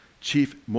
Chief